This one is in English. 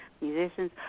musicians